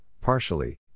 partially